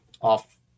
off